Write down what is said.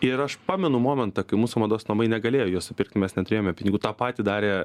ir aš pamenu momentą kai mūsų mados namai negalėjo jos įpirkti mes neturėjome pinigų tą patį darė